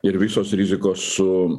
ir visos rizikos su